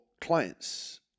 clients